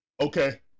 Okay